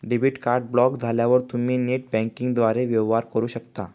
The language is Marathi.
डेबिट कार्ड ब्लॉक झाल्यावर तुम्ही नेट बँकिंगद्वारे वेवहार करू शकता